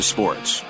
Sports